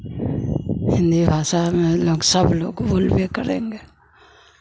हिन्दी भाषा में लोग सब लोग बोलबे करेंगे